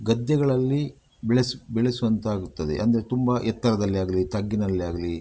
ಗದ್ದೆಗಳಲ್ಲಿ ಬೆಳೆಸು ಬೆಳೆಸುವಂತಾಗುತ್ತದೆ ಅಂದರೆ ತುಂಬ ಎತ್ತರದಲ್ಲೇ ಆಗಲಿ ತಗ್ಗಿನಲ್ಲೇ ಆಗಲಿ